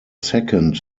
second